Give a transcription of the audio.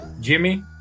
Jimmy